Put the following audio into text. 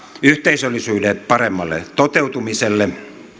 yhteisöllisyyden paremmalle toteutumiselle